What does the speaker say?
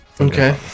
Okay